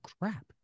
crap